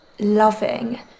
loving